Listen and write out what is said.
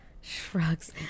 Shrugs